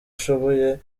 ashoboye